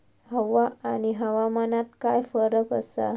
हवा आणि हवामानात काय फरक असा?